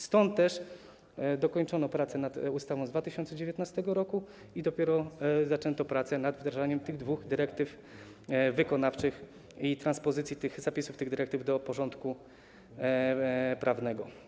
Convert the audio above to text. Stąd też dokończono pracę nad ustawą z 2019 r. i dopiero zaczęto prace nad wdrażaniem tych dwóch dyrektyw wykonawczych i transpozycji zapisów tych dyrektyw do porządku prawnego.